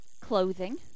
clothing